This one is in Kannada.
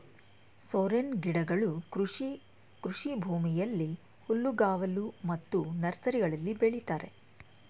ಸೋರೆನ್ ಗಿಡಗಳು ಕೃಷಿ ಕೃಷಿಭೂಮಿಯಲ್ಲಿ, ಹುಲ್ಲುಗಾವಲು ಮತ್ತು ನರ್ಸರಿಗಳಲ್ಲಿ ಬೆಳಿತರೆ